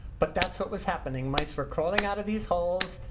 but that's what was happening. mice were crawling out of these holes,